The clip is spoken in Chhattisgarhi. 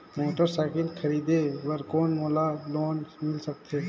मोटरसाइकिल खरीदे बर कौन मोला लोन मिल सकथे?